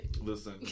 Listen